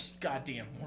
Goddamn